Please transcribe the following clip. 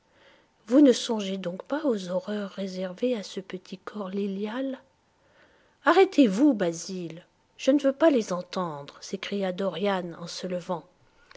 vous ne songez donc pas aux horreurs réservées à ce petit corps lilial arrêtez-vous basil je ne veux pas les entendre s'écria dorian en se levant